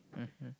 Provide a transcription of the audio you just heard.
mmhmm